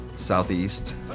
Southeast